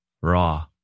raw